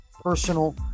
personal